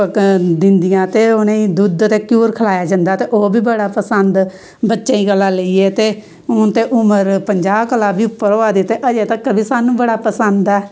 दिंदियां ते उनेंई दुध्द ते घ्यूर खलाया जंदा ते ओह् बी बड़ा पसंद बच्चें गल्ला लोईयै ते हून ते उमर बी पंजा कोला बी उप्पुर होआ दी ते अजैं तक्कर बी स्हानू बड़ा पसंद ऐ